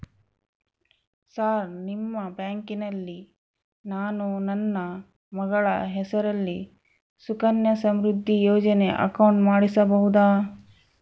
Sir ನಿಮ್ಮ ಬ್ಯಾಂಕಿನಲ್ಲಿ ನಾನು ನನ್ನ ಮಗಳ ಹೆಸರಲ್ಲಿ ಸುಕನ್ಯಾ ಸಮೃದ್ಧಿ ಯೋಜನೆ ಅಕೌಂಟ್ ಮಾಡಿಸಬಹುದಾ?